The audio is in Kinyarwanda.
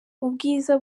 ubwiza